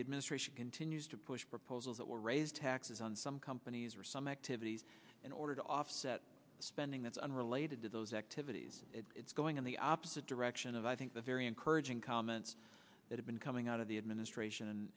the administration continues to push proposals that will raise taxes on some companies or some activities in order to offset the spending that's unrelated to those activities it's going in the opposite direction of i think the very encouraging comments that have been coming out of the administration